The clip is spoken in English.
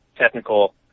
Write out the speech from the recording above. technical